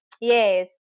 yes